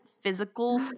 physical